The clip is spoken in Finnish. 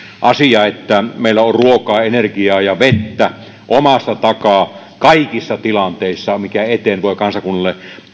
asia että meillä on ruokaa energiaa ja vettä omasta takaa kaikissa tilanteissa mitä eteen voi kansakunnalle